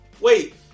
Wait